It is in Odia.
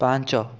ପାଞ୍ଚ